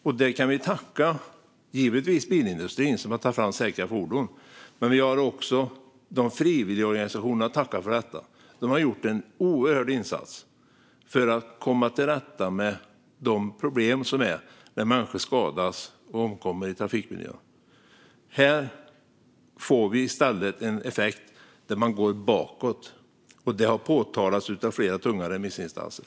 För det kan vi tacka bilindustrin, givetvis, som har tagit fram säkra fordon, men vi har också frivilligorganisationerna att tacka. De har gjort en oerhörd insats för att komma till rätta med problemen där människor skadas och omkommer i trafikmiljön. Här får vi i stället en effekt där man går bakåt. Det har påtalats av flera tunga remissinstanser.